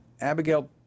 Abigail